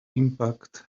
impact